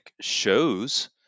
shows